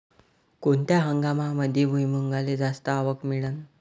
कोनत्या हंगामात भुईमुंगाले जास्त आवक मिळन?